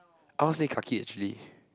I want to say kaki actually